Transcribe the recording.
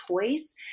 choice